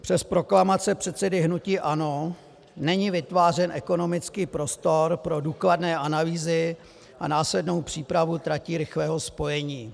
Přes proklamace předsedy hnutí ANO není vytvářen ekonomický prostor pro důkladné analýzy a následnou přípravu tratí rychlého spojení.